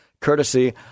courtesy